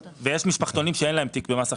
ויש משפחתונים שאין להם תיק במס הכנסה.